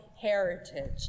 heritage